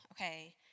okay